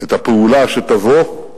את הפעולה שתבוא,